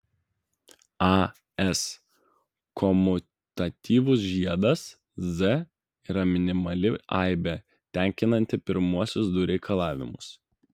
as komutatyvus žiedas z yra minimali aibė tenkinanti pirmuosius du reikalavimus